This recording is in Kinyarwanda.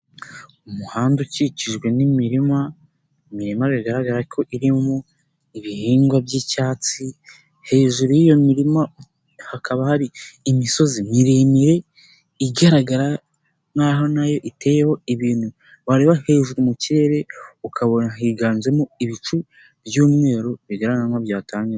Umuhanda ukikijwe n'imirima, imirima bigaragara ko irimo ibihingwa by'icyatsi, hejuru y'iyo mirima hakaba hari imisozi miremire, igaragara nk'aho nayo iteyeho ibintu wareba hejuru mu kirere, ukabona higanjemo ibicu by'umweru bigaragaramo byatanga imvura.